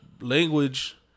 Language